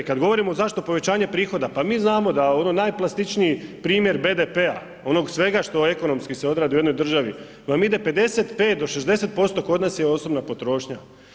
Kad govorimo zašto povećanje prihoda pa mi znamo da ono najplastičniji primjer BDP-a onog svega što ekonomski se odradi u jednoj državi vam ide 55 do 60% kod nas je osobna potrošnja.